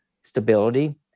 stability